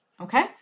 Okay